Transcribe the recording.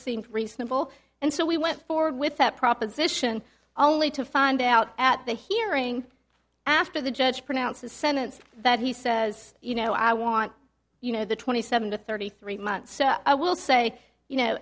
seemed reasonable and so we went forward with that proposition only to find out at the hearing after the judge pronounced the sentence that he says you know i want you know the twenty seven to thirty three months so i will say you know